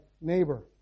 neighbor